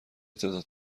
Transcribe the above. تعداد